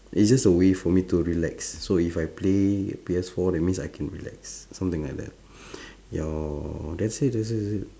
it's just a way for me to relax so if I play P_S four that means I can relax something like that that's it that's that's it